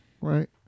right